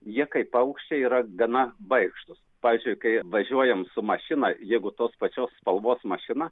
jie kaip paukščiai yra gana baikštūs pavyzdžiui kai važiuojam su mašina jeigu tos pačios spalvos mašina